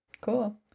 Cool